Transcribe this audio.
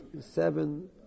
seven